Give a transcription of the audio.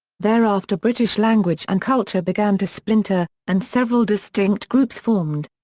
thereafter british language and culture began to splinter, and several distinct groups formed.